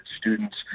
students